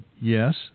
yes